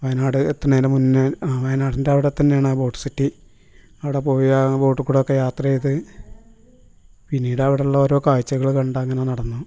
വയനാട് എത്തണതിന് മുന്നേ വയനാടിൻ്റെ അവിടെ തന്നെയാണ് ആ ബോട്ട് സിറ്റി അവിടെ പോകുവാൻ ബോട്ടുകൂടെ ഒക്കെ യാത്ര ചെയ്ത് പിന്നീട് അവിടുള്ള ഓരോ കാഴ്ചകൾ കണ്ട് അങ്ങനെ നടന്നു